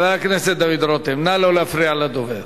נא לא להפריע לדובר.